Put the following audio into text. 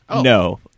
No